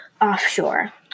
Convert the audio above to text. Offshore